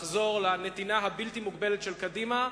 לחזור לנתינה הבלתי מוגבלת של קדימה,